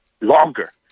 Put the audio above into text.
longer